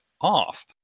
off